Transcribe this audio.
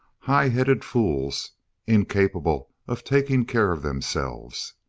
high-headed fools incapable of taking care of themselves.